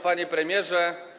Panie Premierze!